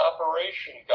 Operation